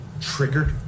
triggered